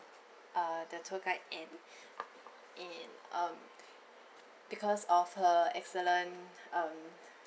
uh the tour guide and and um because of her excellent um